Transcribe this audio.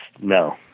No